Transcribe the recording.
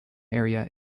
area